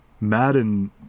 Madden